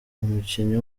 umukinnyi